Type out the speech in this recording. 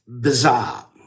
bizarre